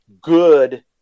good